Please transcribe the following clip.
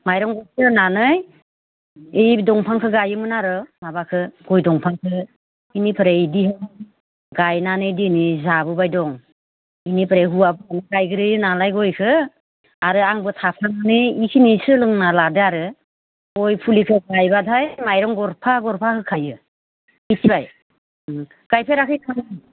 माइरं गरसे होनानै बे दंफांखौ गाययोमोन आरो माबाखौ गय दंफांखौ बोनिफ्राय बिदि गायनानै दिनै जाबोबाय दं बेनिफ्राय हौवाफोरसो गायग्रोयो नालाय गयखौ आरो आंबो थाफानानै इसे एनै सोलोंना लादो आरो गय फुलिखौ गायबाथाय माइरं गरफा गरफा होखायो मिथिबाय ओम गायफेराखै नामा नों